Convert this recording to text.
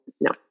no